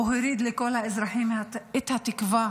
הוא הוריד לכל האזרחים את התקווה